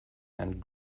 and